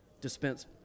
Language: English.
dispense